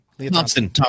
Thompson